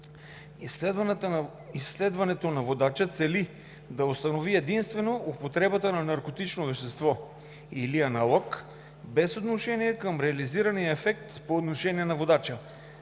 изследването на водача цели да установи единствено употребата на наркотично вещество (или аналог), без отношение към реализирания ефект по отношение на водача